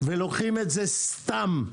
ולוקחים את זה סתם,